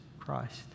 Christ